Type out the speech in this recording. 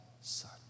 son